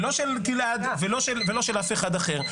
ולא של גלעד ולא של אף אחד אחר.